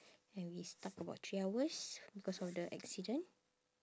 and we stuck about three hours because of the accident